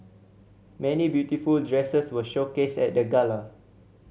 many beautiful dresses were showcased at the gala